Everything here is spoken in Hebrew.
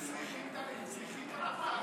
הם צריכים אותם ככה.